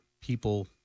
people